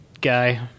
guy